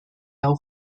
hau